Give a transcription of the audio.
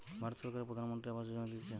ভারত সরকারের প্রধানমন্ত্রী আবাস যোজনা দিতেছে